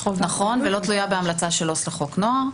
נכון ולא תלויה בהמלצה של עובד סוציאלי לחוק נוער.